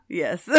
yes